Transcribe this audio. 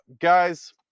guys